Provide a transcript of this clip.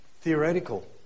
theoretical